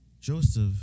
Joseph